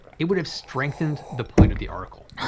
it would have strengthened the point of the article.